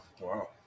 Wow